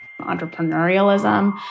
Entrepreneurialism